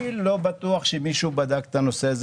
אני לא בטוח שמישהו בדק את הנושא הזה